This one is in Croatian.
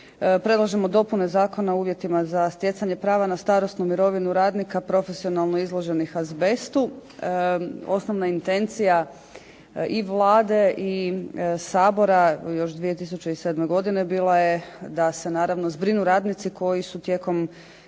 Predlažemo dopune Zakona o uvjetima za stjecanje prava na starosnu mirovinu radnika profesionalno izloženih azbestu. Osnovna intencija i Vlade i Sabora još 2007. godine bila je da se naravno zbrinu radnici koji su tijekom